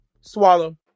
swallow